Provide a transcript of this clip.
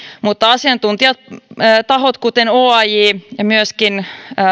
mutta asiantuntijatahot kuten oaj ja myöskin